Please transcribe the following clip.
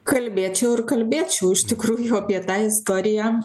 kalbėčiau ir kalbėčiau iš tikrųjų apie tą istoriją